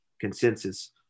consensus